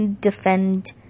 defend